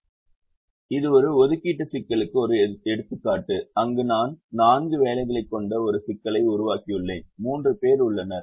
இதைப் நாம் பார்ப்போம் இது ஒரு ஒதுக்கீட்டு சிக்கலுக்கு ஒரு எடுத்துக்காட்டு அங்கு நான் 4 வேலைகளைக் கொண்ட ஒரு சிக்கலை உருவாக்கியுள்ளேன் 3 பேர் உள்ளனர்